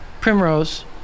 primrose